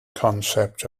concept